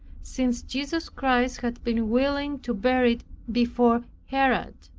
since jesus christ had been willing to bear it before herod.